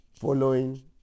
following